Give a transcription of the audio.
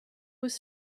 was